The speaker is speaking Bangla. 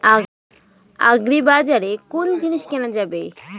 আগ্রিবাজারে কোন জিনিস কেনা যাবে?